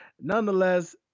Nonetheless